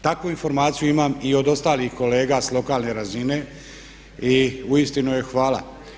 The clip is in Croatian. Takvu informaciju imam i od ostalih kolega sa lokalne razine i uistinu joj hvala.